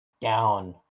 Down